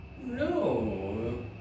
No